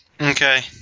Okay